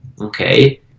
okay